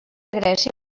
grècia